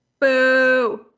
Boo